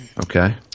Okay